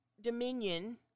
dominion